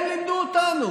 הם לימדו אותנו.